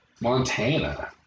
Montana